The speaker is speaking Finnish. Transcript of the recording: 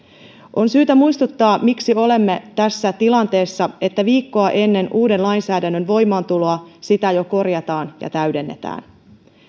on syytä muistuttaa miksi olemme tässä tilanteessa että viikkoa ennen uuden lainsäädännön voimaantuloa sitä jo korjataan ja täydennetään